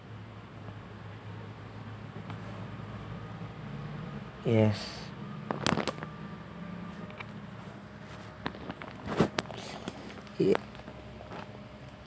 yes yep